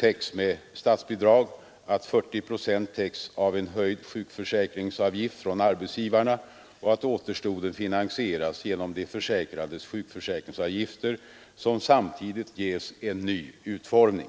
täcks med statsbidrag, att 40 procent täcks av en höjd sjukförsäkringsavgift från arbetsgivarna och att återstoden finansieras genom de försäkrades sjukförsäkringsavgifter som samtidigt ges en ny utformning.